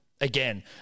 Again